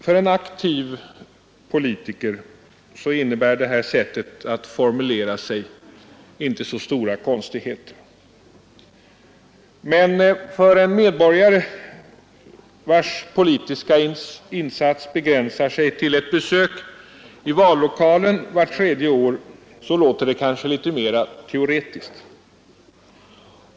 För en aktiv politiker innebär det här sättet att formulera sig inte så stora konstigheter, men för en medborgare vars politiska insats begränsar sig till ett besök i vallokalen vart tredje år låter det kanske litet mera teoretiskt.